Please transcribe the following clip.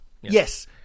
yes